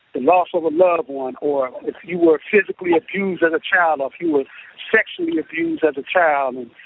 the loss of a loved one, or if you were physically abused as a child or if you were sexually abused as a child.